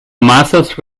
masas